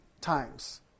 times